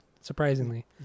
surprisingly